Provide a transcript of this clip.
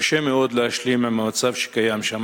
קשה מאוד להשלים עם המצב שקיים שם.